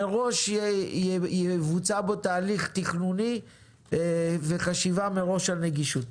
מראש יבוצע בו תהליך תכנוני וחשיבה על נגישות.